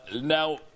Now